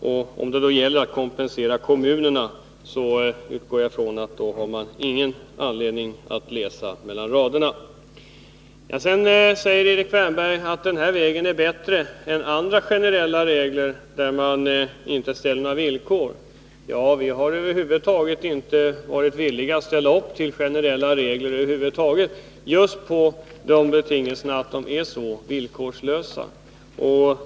Och jag anser att man inte har någon anledning att mellan raderna läsa något om kompensation till kommunerna. Sedan säger Erik Wärnberg att den här regeln är bättre än andra generella regler, som innebär att man inte ställer några villkor. Vi har inte varit villiga att ställa upp med generella regler över huvud taget, just därför att de är så villkorslösa.